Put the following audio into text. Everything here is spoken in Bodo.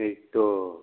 हैथ'